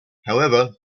however